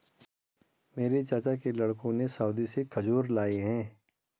मेरे चाचा के लड़कों ने सऊदी से खजूर लाए हैं